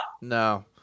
No